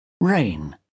Rain